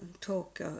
talk